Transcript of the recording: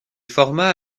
forma